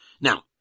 Now